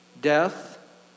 Death